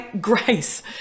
grace